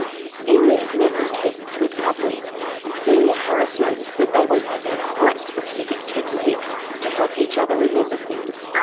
in these memory tests with couples celia harris noticed that they were using quite specific techniques to help each other remember things.